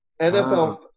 NFL –